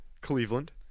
Cleveland